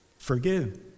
Forgive